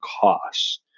cost